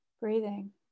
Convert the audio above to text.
breathing